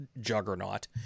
juggernaut